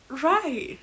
right